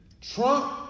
Trump